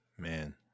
Man